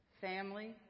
family